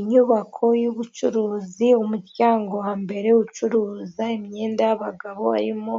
Inyubako y'ubucuruzi umuryango wa mbere ucuruza imyenda y'abagabo harimo